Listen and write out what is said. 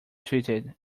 treated